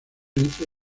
entre